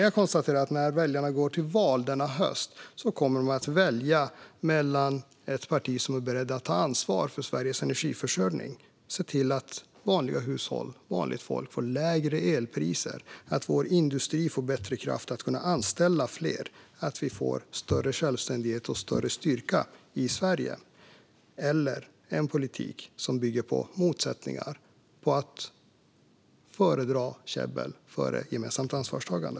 Jag konstaterar dock att väljarna när de går till val denna höst kommer att välja mellan å ena sidan ett parti som är berett att ta ansvar för Sveriges energiförsörjning och se till att vanliga hushåll och vanligt folk får lägre elpriser, att Sveriges industri får bättre kraft och kan anställa fler samt att Sverige får större självständighet och större styrka och å andra sidan en politik som bygger på motsättningar och på att föredra käbbel framför gemensamt ansvarstagande.